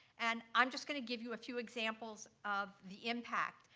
and i'm just gonna give you a few examples of the impact.